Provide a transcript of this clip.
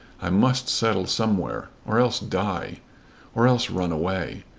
i must settle somewhere or else die or else run away.